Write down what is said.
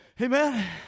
Amen